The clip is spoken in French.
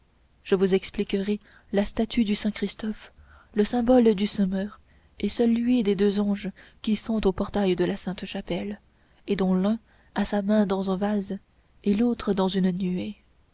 je vous expliquerai la statue de saint christophe le symbole du semeur et celui des deux anges qui sont au portail de la sainte-chapelle et dont l'un a sa main dans un vase et l'autre dans une nuée